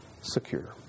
secure